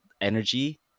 energy